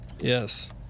Yes